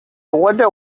wonder